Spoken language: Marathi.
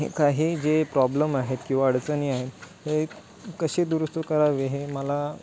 हे काही जे प्रॉब्लेम आहेत किंवा अडचणी आहेत हे कसे दुरुस्त करावे हे मला